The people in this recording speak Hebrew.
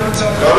לא,